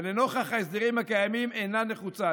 ולנוכח ההסדרים הקיימים היא אינה נחוצה.